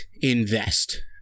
invest